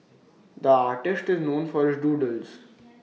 the artist is known for his doodles